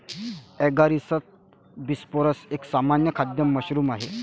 Agaricus bisporus एक सामान्य खाद्य मशरूम आहे